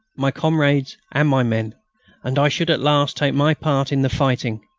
my comrades and my men and i should at last take my part in the fighting.